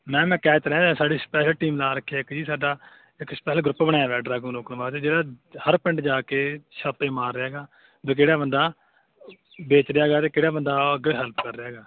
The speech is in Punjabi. ਮੈਮ ਮੈਂ ਕਹਿ ਤਾਂ ਸਾਡੀ ਸਪੈਸ਼ਲ ਟੀਮ ਲਾ ਰੱਖਿਆ ਇੱਕ ਜੀ ਸਾਡਾ ਇੱਕ ਸਪੈਸ਼ਲ ਗਰੁੱਪ ਬਣਿਆ ਹੋਇਆ ਡਰੱਗ ਨੂੰ ਰੋਕਣ ਵਾਸਤੇ ਜਿਹੜਾ ਹਰ ਪਿੰਡ ਜਾ ਕੇ ਛਾਪੇ ਮਾਰ ਰਿਹਾ ਹੈਗਾ ਵੀ ਕਿਹੜਾ ਬੰਦਾ ਵੇਚ ਰਿਹਾ ਗਾ ਅਤੇ ਕਿਹੜਾ ਬੰਦਾ ਅੱਗੇ ਹੈਲਪ ਕਰ ਰਿਹਾ ਹੈਗਾ